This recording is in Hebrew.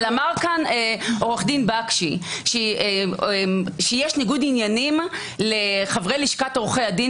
אבל אמר כאן עו"ד בקשי שיש ניגוד עניינים לחברי לשכת עורכי הדין,